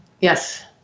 yes